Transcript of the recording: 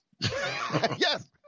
Yes